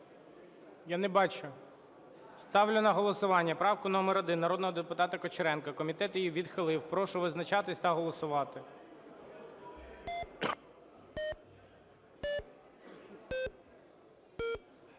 Я не бачу. Ставлю на голосування правку номер 1 народного депутата Кучеренка. Комітет її відхилив. Прошу визначатися та голосувати.